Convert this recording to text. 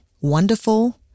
wonderful